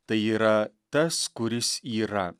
tai yra tas kuris yra